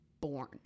born